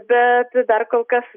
bet dar kol kas